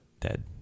dead